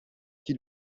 qui